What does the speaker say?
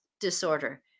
disorder